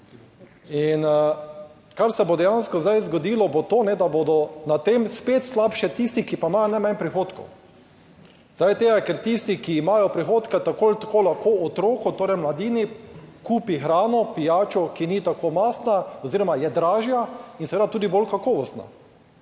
In kar se bo dejansko zdaj zgodilo, bo to, da bodo na tem spet slabše tisti, ki pa imajo najmanj prihodkov, zaradi tega, ker tisti, ki imajo prihodke, tako ali tako lahko otroku, torej mladini, kupi hrano, pijačo, ki ni tako mastna oziroma je dražja in seveda tudi bolj kakovostna.